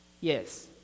Yes